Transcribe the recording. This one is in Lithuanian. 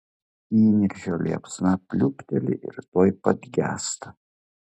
įniršio liepsna pliūpteli ir tuoj pat gęsta